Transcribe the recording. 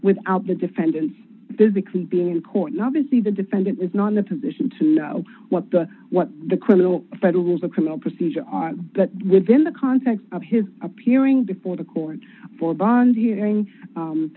without the defendants physically being in court obviously the defendant is not in a position to know what the what the criminal federal rules of criminal procedure are but within the context of his appearing before the court for bond hearing